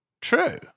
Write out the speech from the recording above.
true